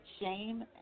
shame